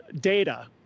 data